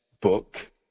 book